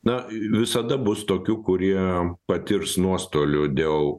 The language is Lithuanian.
na visada bus tokių kurie patirs nuostolių dėl